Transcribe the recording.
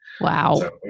Wow